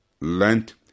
Lent